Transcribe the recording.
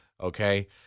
okay